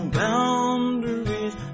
boundaries